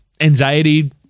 anxiety